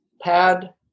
pad